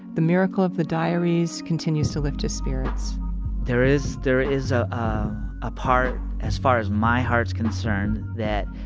the miracle of the diaries continues to lift his spirits there is. there is a ah part, as far as my heart's concerned, that,